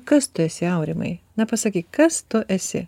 kas tu esi aurimai na pasakyk kas tu esi